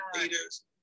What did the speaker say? leaders